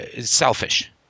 selfish